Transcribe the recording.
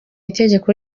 itegeko